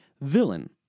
villain